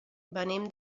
venim